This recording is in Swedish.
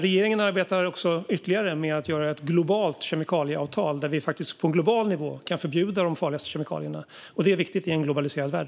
Regeringen arbetar också ytterligare med ett globalt kemikalieavtal så att vi på global nivå kan förbjuda de farligaste kemikalierna, och det är viktigt i en globaliserad värld.